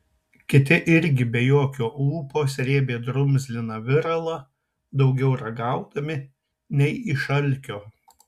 kiti irgi be jokio ūpo srėbė drumzliną viralą daugiau ragaudami nei iš alkio